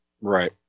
Right